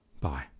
Bye